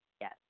Yes